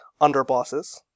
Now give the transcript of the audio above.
underbosses